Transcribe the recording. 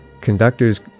Conductors